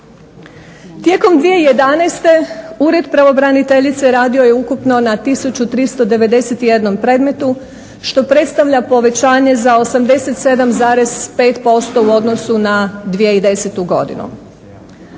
Tijekom 2011. Ured pravobraniteljice radio je ukupno na 1391 predmetu što predstavlja povećanje za 87,5% u odnosu na 2010. godinu.